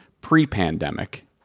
pre-pandemic